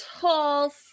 tall